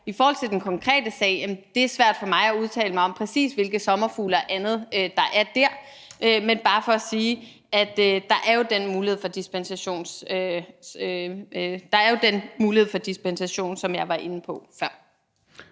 I forhold til den konkrete sag er det svært for mig at udtale mig om, præcis hvilke sommerfugle og andet der er dér. Men det er bare for at sige, at der er den mulighed for dispensation, som jeg var inde på før.